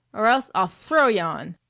or else i'll throw y'on!